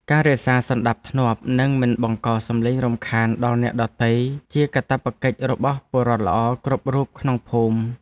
ការរក្សាសណ្តាប់ធ្នាប់និងមិនបង្កសំឡេងរំខានដល់អ្នកដទៃជាកាតព្វកិច្ចរបស់ពលរដ្ឋល្អគ្រប់រូបក្នុងភូមិ។